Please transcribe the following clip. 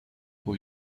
اون